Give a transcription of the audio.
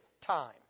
time